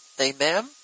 Amen